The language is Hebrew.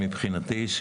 מבחינתי,